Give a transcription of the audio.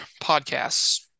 podcasts